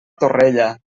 torrella